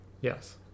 yes